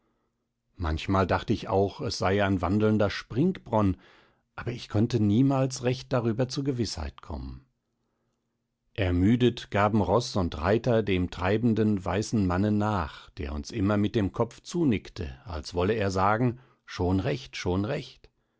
manchmal dacht ich auch als sei es ein wandelnder springbronn aber ich konnte niemals recht darüber zur gewißheit kommen ermüdet gaben roß und reiter dem treibenden weißen manne nach der uns immer mit dem kopfe zunickte als wolle er sagen schon recht schon recht